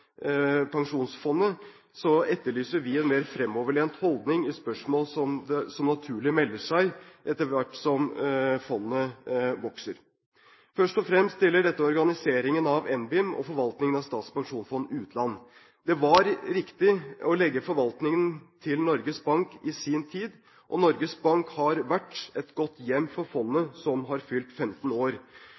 pensjonsfondet, etterlyser vi en mer fremoverlent holdning til spørsmål som naturlig melder seg etter hvert som fondet vokser. Først og fremst gjelder dette organiseringen av NBIM og forvaltningen av Statens pensjonsfond utland. Det var riktig å legge forvaltningen til Norges Bank i sin tid, og Norges Bank har vært et godt hjem for fondet, som har fylt 15 år.